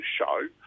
show